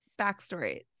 backstory